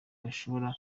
bashobora